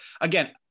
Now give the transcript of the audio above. again